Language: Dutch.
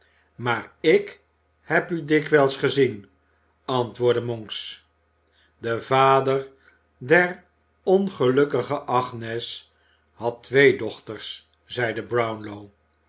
maar ik heb u dikwijls gezien antwoordde monks de vader der ongelukkige agnes had twee dochters zeide brownlow